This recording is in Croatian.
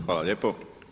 Hvala lijepo.